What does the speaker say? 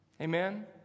Amen